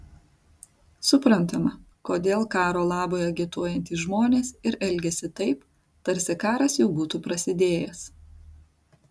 suprantama kodėl karo labui agituojantys žmonės ir elgiasi taip tarsi karas jau būtų prasidėjęs